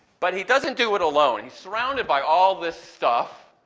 but he doesn't do it alone. he's surrounded by all this stuff,